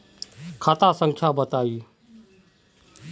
खाता संख्या बताई?